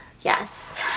Yes